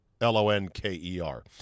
L-O-N-K-E-R